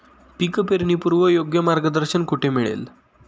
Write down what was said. पीक पेरणीपूर्व योग्य मार्गदर्शन कुठे मिळेल?